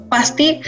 Pasti